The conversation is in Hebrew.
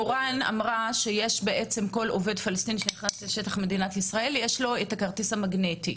מורן חדד אמרה שכל עובד פלסטיני שנכנס לשטח מדינת ישראל יש כרטיס מגנטי.